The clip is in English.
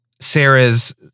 sarah's